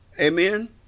Amen